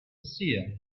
seer